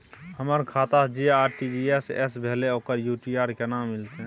हमर खाता से जे आर.टी.जी एस भेलै ओकर यू.टी.आर केना मिलतै?